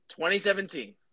2017